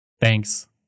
Thanks